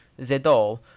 Zedol